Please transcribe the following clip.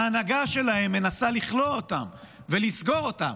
ההנהגה שלהם מנסה לכלוא אותם ולסגור אותם,